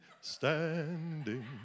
standing